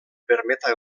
permeta